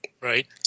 Right